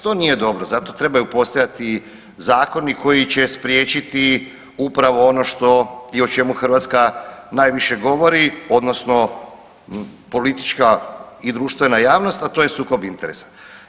To nije dobro za to trebaju postojati zakoni koji će spriječiti upravo ono što i o čemu Hrvatska najviše govori odnosno politička i društvena javnost, a to je sukob interesa.